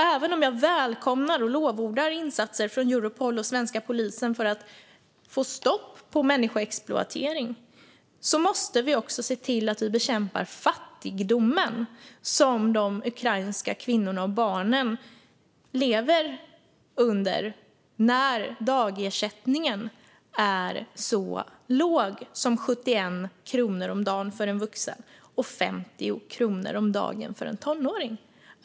Även om jag välkomnar och lovordar insatserna från Europol och den svenska polisen för att få stopp på människoexploatering måste vi också se till att bekämpa fattigdomen som de ukrainska kvinnorna och barnen lever under när dagersättningen är så låg som 71 kronor om dagen för en vuxen och 50 kronor om dagen för en tonåring.